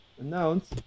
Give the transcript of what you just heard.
announce